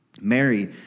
Mary